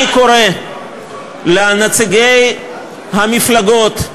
קורא לנציגי המפלגות,